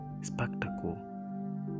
spectacle